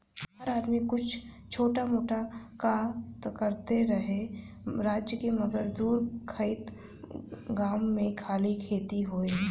हर आदमी कुछ छोट मोट कां त करते रहे राज्य मे मगर दूर खएत गाम मे खाली खेती होए